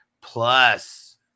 plus